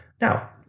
Now